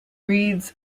reeds